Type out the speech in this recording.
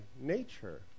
nature